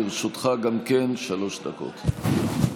לרשותך גם כן שלוש דקות.